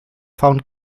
found